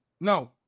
No